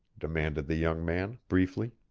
demanded the young man, briefly.